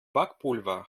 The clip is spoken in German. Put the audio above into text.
backpulver